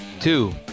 Two